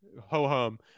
ho-hum